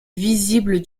visible